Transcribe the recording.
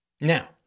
Now